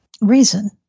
reason